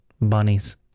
bunnies